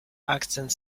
akcent